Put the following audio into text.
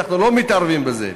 אנחנו לא מתערבים בזה.